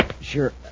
sure